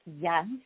Yes